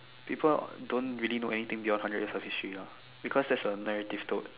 people don't really know anything beyond hundred years of history lah because that's a narrative told